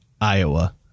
Iowa